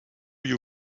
you